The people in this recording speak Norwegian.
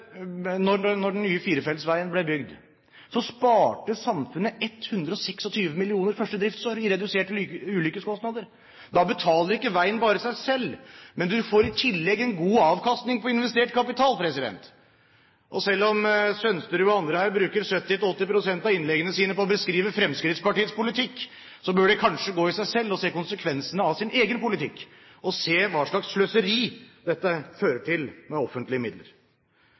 når Sønsterud og andre her bruker 70–80 pst. av innleggene sine på å beskrive Fremskrittspartiets politikk, bør de kanskje gå i seg selv og se konsekvensene av sin egen politikk – se hva slags sløseri med offentlige midler dette fører til.